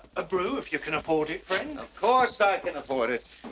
a brew, if you can afford it, friend. of course i can afford it.